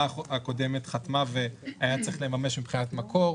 הקודמת חתמה והיה צריך לממש מבחינת מקור,